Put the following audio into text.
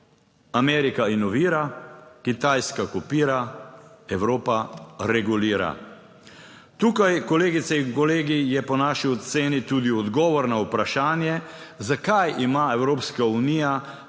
Amerika inovira, Kitajska kopira, Evropa regulira. Tukaj, kolegice in kolegi, je po naši oceni tudi odgovor na vprašanje, zakaj ima Evropska unija trikrat